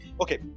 okay